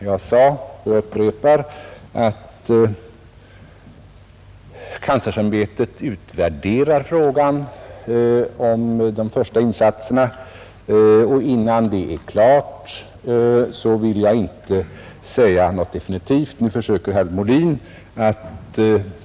Jag sade och upprepar att kanslersämbetet utvärderar de första insatserna, och innan det arbetet är klart vill jag inte säga någonting definitivt.